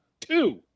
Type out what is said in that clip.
two